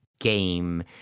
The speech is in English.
game